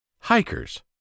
Hikers